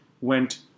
went